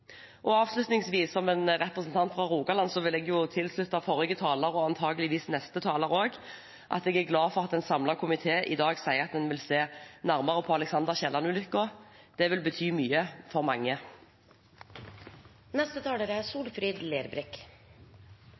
Avslutningsvis vil jeg, som representant fra Rogaland, slutte meg til forrige taler og antageligvis også neste taler og si at jeg er glad for at en samlet komité i dag sier at en vil se nærmere på Alexander L. Kielland-ulykken. Det vil bety mye for mange.